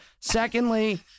secondly